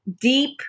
deep